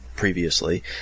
Previously